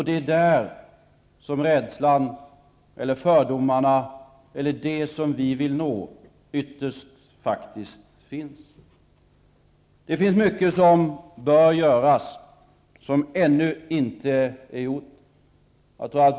Det är där som rädslan eller fördomarna, eller det som vi vill nå, ytterst faktiskt finns. Det finns mycket som bör göras, men som ännu inte har gjorts.